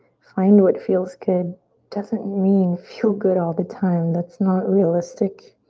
find what feels good doesn't mean feel good all the time. that's not realistic.